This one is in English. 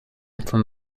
from